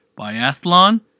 Biathlon